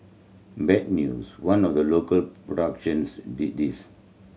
bad news one of the local productions did this